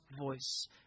voice